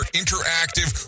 interactive